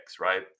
right